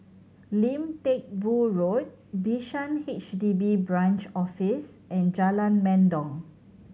Lim Teck Boo Road Bishan H D B Branch Office and Jalan Mendong